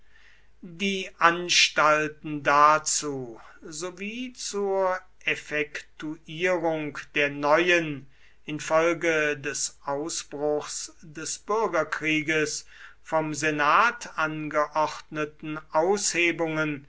die anstalten dazu sowie zur effektuierung der neuen infolge des ausbruchs des bürgerkrieges vom senat angeordneten